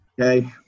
okay